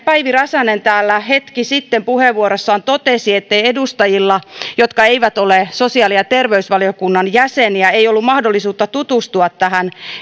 päivi räsänen täällä hetki sitten puheenvuorossaan totesi ettei edustajilla jotka eivät ole sosiaali ja terveysvaliokunnan jäseniä ollut mahdollisuutta tutustua tähän